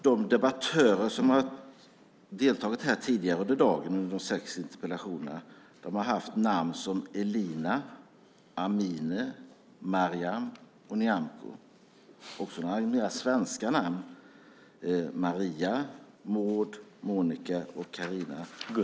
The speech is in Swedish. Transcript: De debattörer som har deltagit tidigare under dagen i de sex interpellationsdebatterna har haft namn som Elina, Amineh, Maryam och Nyamko, och även några mer svenska namn som Maria, Maud, Monica och Carina.